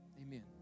Amen